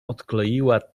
odkleiła